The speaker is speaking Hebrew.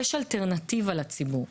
יש אלטרנטיבה לציבור.